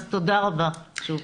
אז תודה רבה שוב.